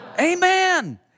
Amen